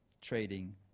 trading